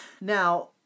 Now